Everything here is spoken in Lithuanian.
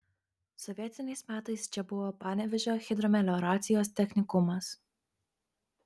sovietiniais metais čia buvo panevėžio hidromelioracijos technikumas